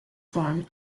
form